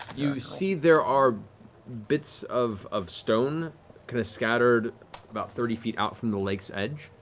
you see there are bits of of stone scattered about thirty feet out from the lake's edge.